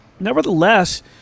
Nevertheless